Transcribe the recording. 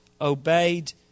obeyed